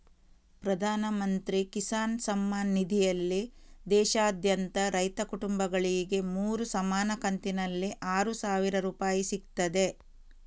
ಪ್ರಧಾನ ಮಂತ್ರಿ ಕಿಸಾನ್ ಸಮ್ಮಾನ್ ನಿಧಿನಲ್ಲಿ ದೇಶಾದ್ಯಂತ ರೈತ ಕುಟುಂಬಗಳಿಗೆ ಮೂರು ಸಮಾನ ಕಂತಿನಲ್ಲಿ ಆರು ಸಾವಿರ ರೂಪಾಯಿ ಸಿಗ್ತದೆ